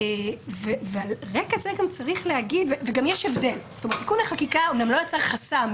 גם יש הבדל: עדכון החקיקה לא יצר חסם,